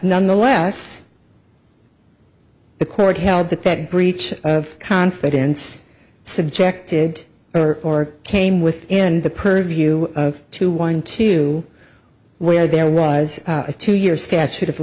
nonetheless the court held that that breach of confidence subjected or or came within the purview of two one two where there was a two year statute of